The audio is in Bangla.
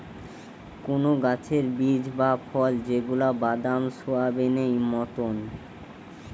কোন গাছের বীজ বা ফল যেগুলা বাদাম, সোয়াবেনেই মতোন